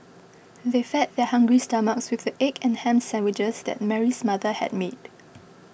they fed their hungry stomachs with the egg and ham sandwiches that Mary's mother had made